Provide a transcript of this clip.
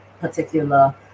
particular